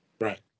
right